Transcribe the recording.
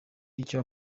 icyo